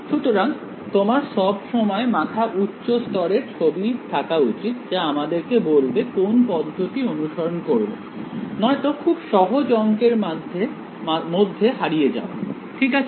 সুতরাং তোমার সব সময় মাথা উচ্চ স্তরের ছবি থাকা উচিত যা আমাদেরকে বলবে কোন পদ্ধতি অনুসরণ করবো নয়তো খুব সহজ অংকের মধ্যে হারিয়ে যাওয়া ঠিক আছে